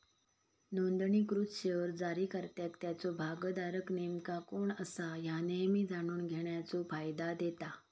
नोंदणीकृत शेअर्स जारीकर्त्याक त्याचो भागधारक नेमका कोण असा ह्या नेहमी जाणून घेण्याचो फायदा देता